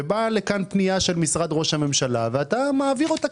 ובאה לכאן פנייה של משרד ראש הממשלה ואתה מעביר אותה.